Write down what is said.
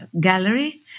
gallery